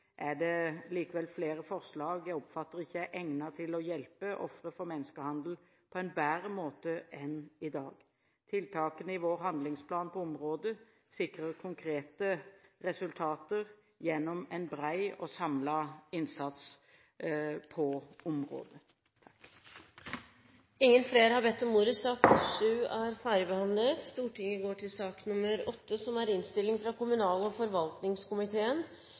er det likevel flere forslag jeg oppfatter ikke er egnet til å hjelpe ofre for menneskehandel på en bedre måte enn i dag. Tiltakene i vår handlingsplan på området sikrer konkrete resultater gjennom en bred og samlet innsats på området. Flere har ikke bedt om ordet til sak nr. 7. Etter ønske fra kommunal- og forvaltningskomiteen vil presidenten foreslå at taletiden begrenses til 40 minutter og